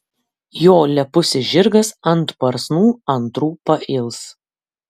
jo lepusis žirgas ant varsnų antrų pails